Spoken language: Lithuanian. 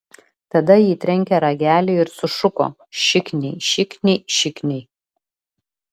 tada ji trenkė ragelį ir sušuko šikniai šikniai šikniai